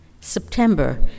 September